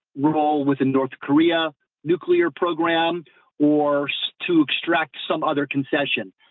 role within north korea nuclear program or so to extract some other concessions.